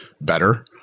better